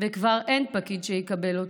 וכבר אין פקיד שיקבל אותו,